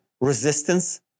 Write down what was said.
resistance